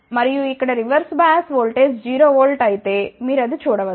మరియుఇక్కడ reverse bias voltage 0 volt అయితే మీరు అది చూడ వచ్చు